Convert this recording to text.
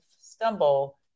stumble